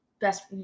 Best